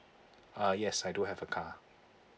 uh yes I do have a car